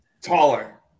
Taller